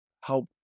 help